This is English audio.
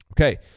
Okay